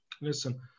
listen